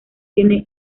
tiene